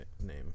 name